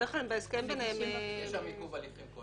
בדרך כלל בהסכם ביניהם --- יש שם עיכוב הליכים.